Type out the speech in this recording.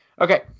Okay